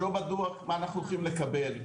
שלא ברור מה אנחנו הולכים לקבל,